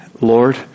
Lord